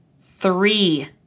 three